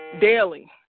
daily